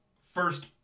first